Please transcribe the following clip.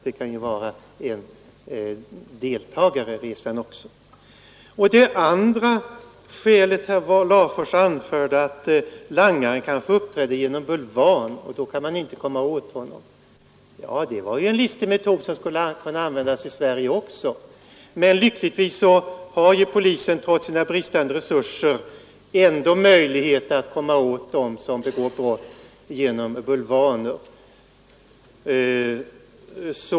Det kan ju vara en deltagare. Såsom ett andra skäl anförde herr Larfors att langaren kanske uppträdde genom bulvan, och då kunde man inte komma åt honom. Ja, det var en listig metod som skulle kunna användas också i Sverige, men lyckligtvis har polisen trots sina bristande resurser ändå möjlighet att komma åt dem som begår brott genom bulvaner.